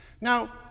Now